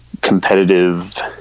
competitive